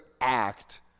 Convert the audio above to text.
act